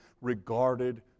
regarded